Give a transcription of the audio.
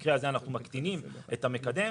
במקרה הזה אנחנו מקטינים את המקדם.